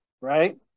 right